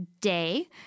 day